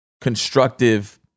constructive